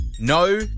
no